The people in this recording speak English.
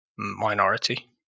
minority